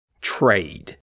Trade